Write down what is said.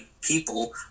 people